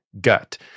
gut